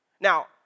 Now